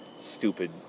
Stupid